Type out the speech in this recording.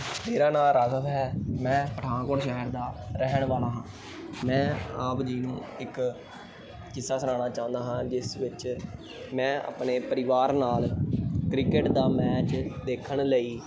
ਮੇਰਾ ਨਾਮ ਰਾਘਵ ਹੈ ਮੈਂ ਪਠਾਨਕੋਟ ਸ਼ਹਿਰ ਦਾ ਰਹਿਣ ਵਾਲਾ ਹਾਂ ਮੈਂ ਆਪ ਜੀ ਨੂੰ ਇੱਕ ਕਿੱਸਾ ਸੁਣਾਉਨਾ ਚਾਹੁੰਦਾ ਹਾਂ ਜਿਸ ਵਿੱਚ ਮੈਂ ਆਪਣੇ ਪਰਿਵਾਰ ਨਾਲ ਕ੍ਰਿਕਟ ਦਾ ਮੈਚ ਦੇਖਣ ਲਈ